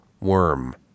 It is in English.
worm